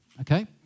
okay